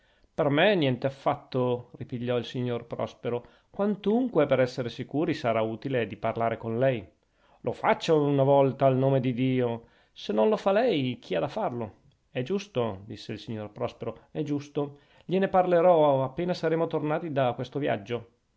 per me niente affatto ripigliò il signor prospero quantunque per esser sicuri sarà utile di parlare con lei lo faccia una volta al nome di dio se non lo fa lei chi ha da farlo è giusto disse il signor prospero è giusto gliene parlerò appena saremo tornati da questo viaggio